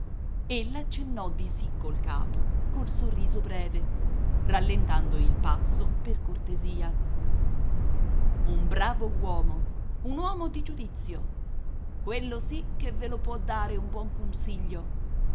contenta ella accennò di sì col capo col sorriso breve rallentando il passo per cortesia un bravo uomo un uomo di giudizio quello sì che ve lo può dare un buon consiglio